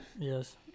Yes